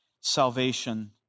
salvation